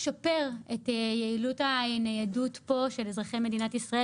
לשפר את יעילות הניידות של אזרחי מדינת ישראל